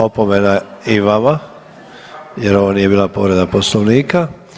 Opomena i vama, jer ovo nije bila povreda Poslovnika.